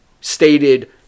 stated